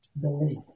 belief